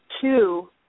two